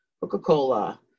Coca-Cola